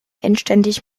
endständig